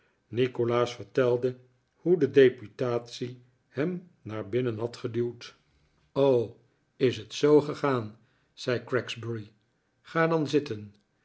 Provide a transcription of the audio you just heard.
nikolaas vertelde hoe de deputatie hem naar binnen had geduwd is het zoo gegaan zei gregsbury ga dan zitten